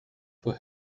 for